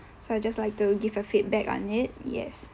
so I just like to give a feedback on it yes